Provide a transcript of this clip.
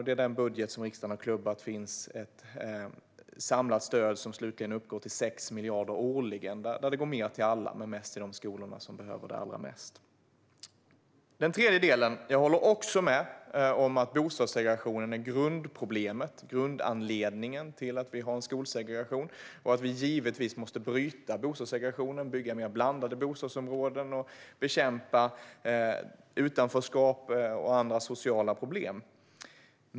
I den budget som riksdagen har klubbat finns det ett samlat stöd som slutligen uppgår till 6 miljarder årligen och där det går mer till alla men mest till de skolor som behöver det allra mest. Jag håller med om att bostadssegregationen är grundproblemet och grundanledningen till att vi har en skolsegregation. Jag håller också med om att vi givetvis måste bryta bostadssegregationen, bygga mer blandade bostadsområden och bekämpa utanförskap och andra sociala problem.